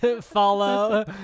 follow